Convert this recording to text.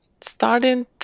starting